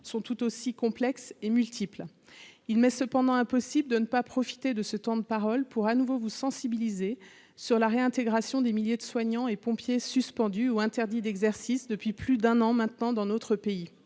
sont tout aussi complexe et multiple, il met cependant impossible de ne pas profiter de ce temps de parole pour à nouveau vous sensibiliser sur la réintégration des milliers de soignants et pompiers suspendus ou interdits d'exercice depuis plus d'un an maintenant dans notre pays,